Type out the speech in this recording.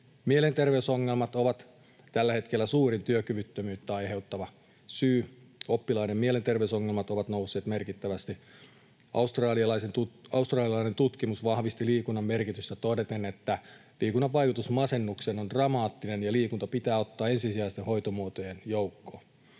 Mielenterveysongelmat ovat tällä hetkellä suurin työkyvyttömyyttä aiheuttava syy. Oppilaiden mielenterveysongelmat ovat nousseet merkittävästi. Australialainen tutkimus vahvisti liikunnan merkitystä todeten, että liikunnan vaikutus masennukseen on dramaattinen ja liikunta pitää ottaa ensisijaisten hoitomuotojen joukkoon.